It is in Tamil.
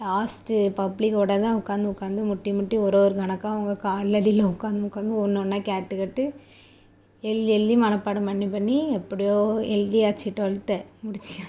லாஸ்ட்டு பப்ளிக்கோடு தான் உட்காந்து உட்காந்து முட்டி முட்டி ஒரு ஒரு கணக்காக அவங்க காலடியில் உட்காந்து உட்காந்து ஒன்று ஒன்றா கேட்டு கேட்டு எழுதி எழுதி மனப்பாடம் பண்ணி பண்ணி எப்படியோ எழுதியாச்சி டுவெல்த்து முடித்தாச்சு